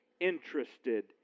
interested